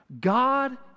God